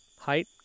Height